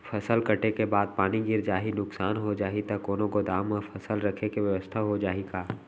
फसल कटे के बाद पानी गिर जाही, नुकसान हो जाही त कोनो गोदाम म फसल रखे के बेवस्था हो जाही का?